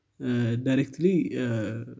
Directly